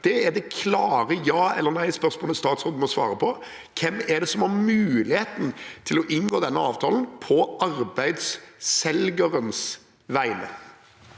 Det er det klare ja/nei-spørsmålet statsråden må svare på. Hvem er det som har muligheten til å inngå denne avtalen på arbeidsselgerens vegne?